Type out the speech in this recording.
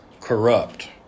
corrupt